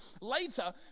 later